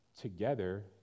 together